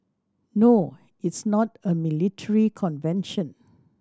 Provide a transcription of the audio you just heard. no it's not a military convention